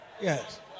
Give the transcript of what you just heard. Yes